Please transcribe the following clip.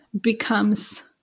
becomes